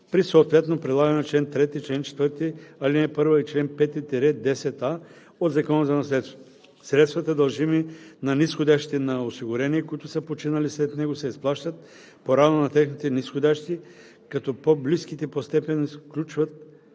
при съответно прилагане на чл. 3, чл. 4, ал. 1 и чл. 5 – 10а от Закона за наследството. Средствата, дължими на низходящите на осигурения, които са починали след него, се изплащат поравно на техните низходящи, като по-близките по степен изключват